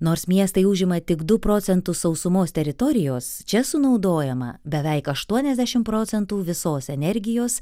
nors miestai užima tik du procentus sausumos teritorijos čia sunaudojama beveik aštuoniasdešimt procentų visos energijos